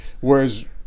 Whereas